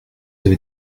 avez